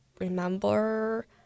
remember